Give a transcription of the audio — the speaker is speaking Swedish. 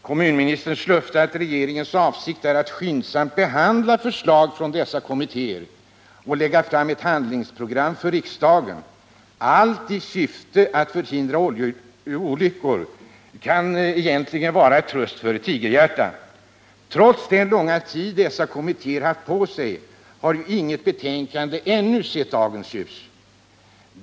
Kommunministerns löfte, att regeringens avsikt är att skyndsamt behandla förslagen från dessa kommittéer och lägga fram ett handlingsprogram för riksdagen, allt i syfte att förhindra oljeolyckor, kan egentligen bara vara en tröst för ett tigerhjärta. Trots den långa tid dessa kommittéer haft på sig har ännu inget betänkande sett dagens ljus.